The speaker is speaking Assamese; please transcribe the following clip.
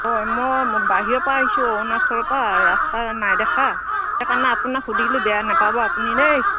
অঁ মই বাহিৰৰপৰা আহিছোঁ অৰুণাচলৰপৰা ৰাস্তা নাই দেখা সেইকাণে আপোনাক সুধিলোঁ বেয়া নাপাব আপুনি দেই